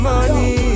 Money